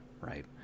right